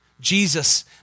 Jesus